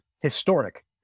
Historic